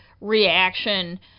reaction